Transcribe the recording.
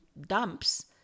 dumps